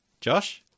Josh